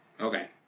Okay